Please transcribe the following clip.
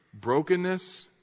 Brokenness